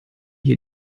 hier